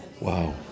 Wow